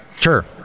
sure